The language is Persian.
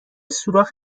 سوراخ